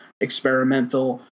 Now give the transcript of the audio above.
experimental